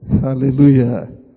Hallelujah